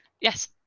Yes